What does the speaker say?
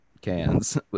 cans